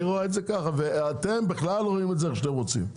היא רואה את זה כך ואתם בכלל רואים את זה איך שאתם רוצים.